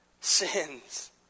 sins